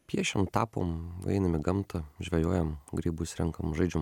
piešiam tapom einam į gamtą žvejojam grybus renkam žaidžiam